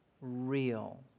real